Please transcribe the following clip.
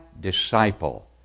disciple